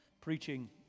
preaching